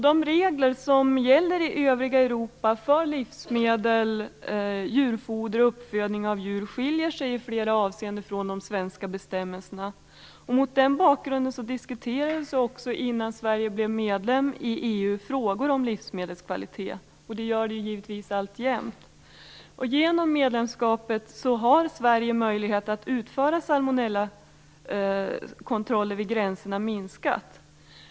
De regler som gäller i övriga Europa för livsmedel, djurfoder och uppfödning av djur skiljer sig i flera avseenden från de svenska bestämmelserna. Mot den bakgrunden diskuterades också, innan Sverige blev medlem i EU, frågor om livsmedelskvalitet, och det gör det givetvis alltjämt. Genom medlemskapet har Sveriges möjligheter att utföra salmonellakontroller vid gränserna minskat.